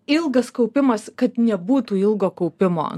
ilgas kaupimas kad nebūtų ilgo kaupimo